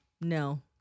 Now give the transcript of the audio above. No